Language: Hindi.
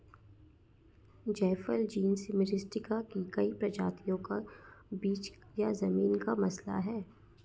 जायफल जीनस मिरिस्टिका की कई प्रजातियों का बीज या जमीन का मसाला है